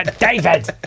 David